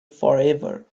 forever